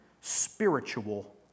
spiritual